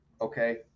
okay